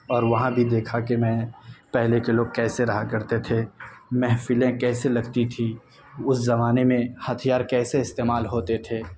اور وہاں بھی دیکھا کہ میں پہلے کے لوگ کیسے رہا کرتے تھے محفلیں کیسے لگتی تھیں اس زمانے میں ہتھیار کیسے استعمال ہوتے تھے